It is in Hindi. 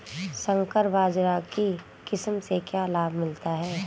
संकर बाजरा की किस्म से क्या लाभ मिलता है?